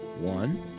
one